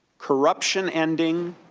corruption ending,